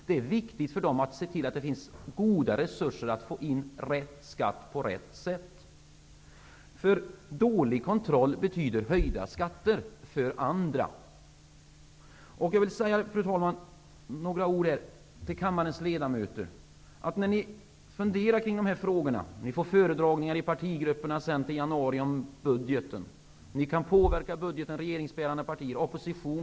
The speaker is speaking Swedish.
Det är viktigt att se till att det finns goda resurser att få in rätt skatt på rätt sätt. Dålig kontroll betyder höjda skatter för andra. Fru talman! Låt mig säga några ord till kammarens ledamöter. När ni funderar kring dessa frågor och när ni får föredragningar i partigrupperna i januari om budgeten är det viktigt att se över skatteförvaltningens anslag.